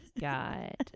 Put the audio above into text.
God